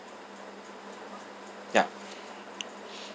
yup